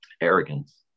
arrogance